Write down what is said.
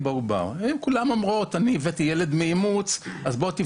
אם הן באות ומבקשות לבדוק זה כי הילד מאומץ וכדומה.